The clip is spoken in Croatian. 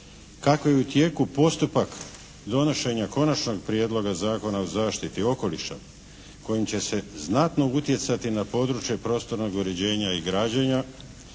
Kako je u tijeku postupak donošenja Konačnog prijedloga Zakona o zaštiti okoliša kojim će se znatno utjecati na područje prostornog uređenja i građenja,